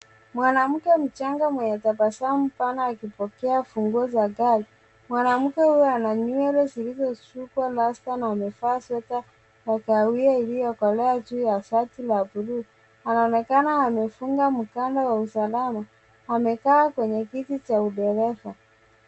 Mwanamke mchanga mwenye tabasamu pana akipokea funguo za gari. Mwanamke huyo ana nywele zilizosukwa rasta na amevaa sweta ya kahawia iliyokolea juu ya shati la bluu. Anaonekana anafunga mkanda wa usalama. Amekaa kwenye kiti cha udereva.